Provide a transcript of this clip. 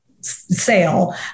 sale